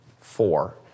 four